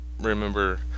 remember